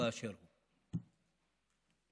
באשר הוא,